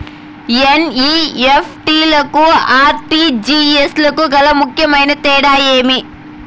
NEFT కు RTGS కు గల ముఖ్యమైన తేడా ఏమి?